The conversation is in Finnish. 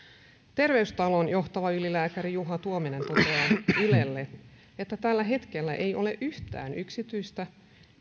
terveystalon johtava ylilääkäri juha tuominen toteaa ylelle että tällä hetkellä ei ole yhtään yksityistä